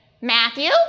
Matthew